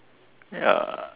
ya